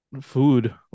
food